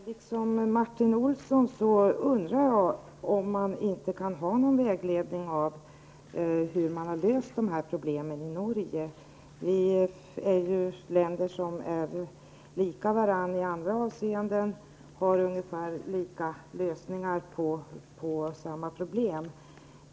Herr talman! Liksom Martin Olsson undrar jag om inte Norges sätt att lösa sådana här problem kunde vara en vägledning för oss Sverige. Det handlar alltså om länder som är lika varandra i andra avseenden. Länderna har ju ungefär samma lösningar på ett och samma problem.